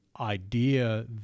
idea